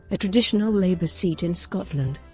a traditional labour seat in scotland.